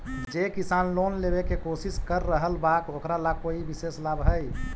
जे किसान लोन लेवे के कोशिश कर रहल बा ओकरा ला कोई विशेष लाभ हई?